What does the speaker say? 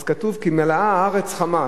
כתוב: "כי מלאה הארץ חמס".